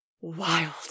wild